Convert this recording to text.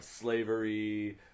slavery